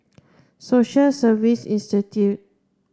Social Service Institute